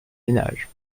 ménage